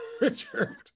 Richard